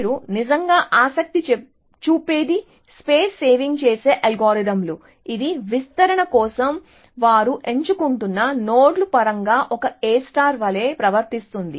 మీరు నిజంగా ఆసక్తి చూపేది స్పేస్ సేవింగ్ చేసే అల్గోరిథంలు ఇది విస్తరణ కోసం వారు ఎంచుకుంటున్న నోడ్ల పరంగా ఒక A వలె ప్రవర్తిస్తుంది